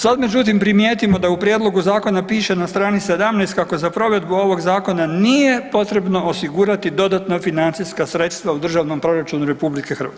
Sad međutim primijetimo da u prijedlogu zakona piše na strani 17 kako za provedbu ovog zakona nije potrebno osigurati dodatna financijska sredstva u Državnom proračunu RH.